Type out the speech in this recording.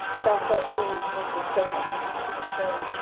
southside spoonies came for a sec and then had to take a train.